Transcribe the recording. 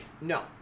No